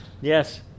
Yes